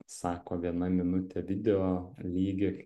sako viena minutė video lygi